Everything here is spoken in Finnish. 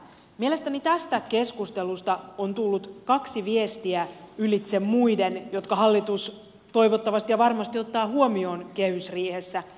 mielestäni tästä keskustelusta on tullut kaksi viestiä ylitse muiden jotka hallitus toivottavasti ja varmasti ottaa huomioon kehysriihessä